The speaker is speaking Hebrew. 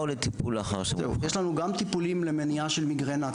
יש לנו גם טיפולים למניעה של מיגרנה,